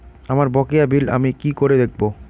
আমার বকেয়া বিল আমি কি করে দেখব?